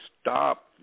stop